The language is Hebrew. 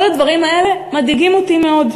כל הדברים האלה מדאיגים אותי מאוד.